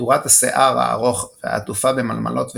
עטורת השיער הארוך והעטופה במלמלות וקטיפות,